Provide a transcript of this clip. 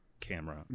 camera